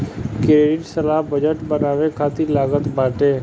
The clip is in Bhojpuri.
क्रेडिट सलाह बजट बनावे खातिर लागत बाटे